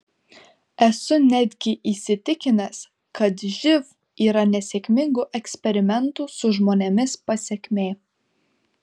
esu netgi įsitikinęs kad živ yra nesėkmingų eksperimentų su žmonėmis pasekmė